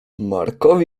markowi